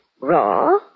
Raw